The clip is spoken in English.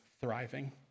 thriving